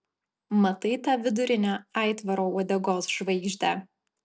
matai tą vidurinę aitvaro uodegos žvaigždę